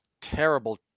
terrible